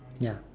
ya